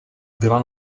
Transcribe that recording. byla